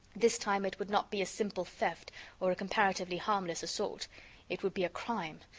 this time, it would not be a simple theft or a comparatively harmless assault it would be a crime,